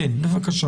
גם לבצע